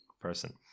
person